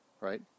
right